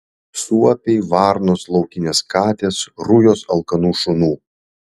suopiai varnos laukinės katės rujos alkanų šunų